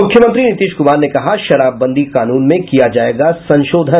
मुख्यमंत्री नीतीश कुमार ने कहा शराबबंदी कानून में किया जायेगा संशोधन